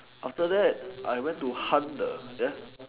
after that I went to hunt the there